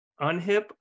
unhip